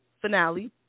finale